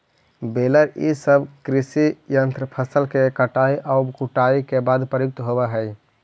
baler इ सब कृषि यन्त्र फसल के कटाई औउर कुटाई के बाद प्रयुक्त होवऽ हई